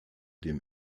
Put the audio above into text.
dem